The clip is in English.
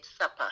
supper